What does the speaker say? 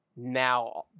now